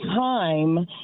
time